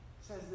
says